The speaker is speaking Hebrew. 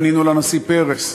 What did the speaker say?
פולארד.